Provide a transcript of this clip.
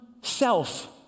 self